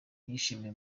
ntiyishimiye